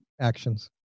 actions